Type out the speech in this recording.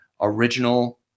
original